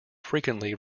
frequently